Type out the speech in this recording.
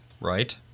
right